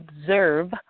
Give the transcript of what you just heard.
observe